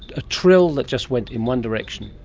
a trill that just went in one direction.